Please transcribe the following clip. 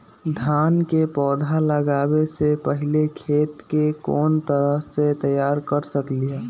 धान के पौधा लगाबे से पहिले खेत के कोन तरह से तैयार कर सकली ह?